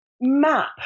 map